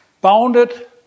bounded